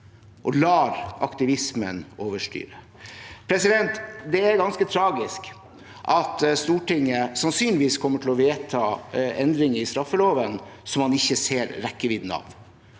og lar aktivismen overstyre. Det er ganske tragisk at Stortinget sannsynligvis kommer til å vedta endringer i straffeloven som man ikke ser rekkevidden av.